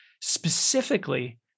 specifically